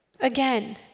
Again